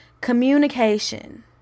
communication